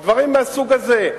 או דברים מהסוג הזה.